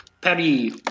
Perry